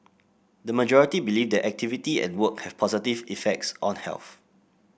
the majority believe that activity and work have positive effects on health